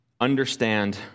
understand